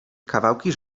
kawałki